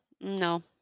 no